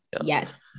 Yes